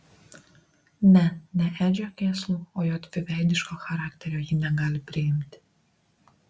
ne ne edžio kėslų o jo dviveidiško charakterio ji negali priimti